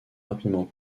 rapidement